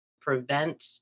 prevent